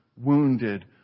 Wounded